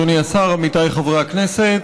אדוני השר, עמיתיי חברי הכנסת,